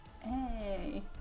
Hey